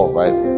right